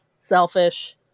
selfish